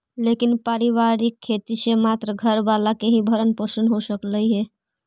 लेकिन पारिवारिक खेती से मात्र घर वाला के ही भरण पोषण हो सकऽ हई